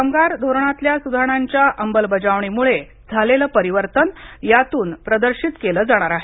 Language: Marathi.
कामगार धोरणातल्या सुधारणांच्या अंमलबजावणीमुळे झालेलं परिवर्तन यातून प्रदर्शित केलं जाणार आहे